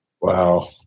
Wow